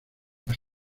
las